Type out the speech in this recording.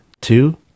two